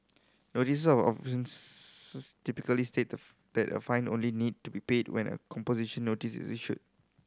notice of offence typically state that a fine only need to be paid when a composition notice is issued